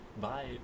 Bye